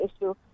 issue